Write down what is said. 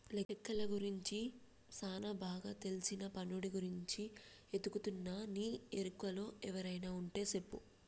లెక్కలు గురించి సానా బాగా తెల్సిన పనోడి గురించి ఎతుకుతున్నా నీ ఎరుకలో ఎవరైనా వుంటే సెప్పు